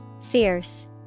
Fierce